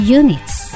units